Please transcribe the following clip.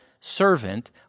servant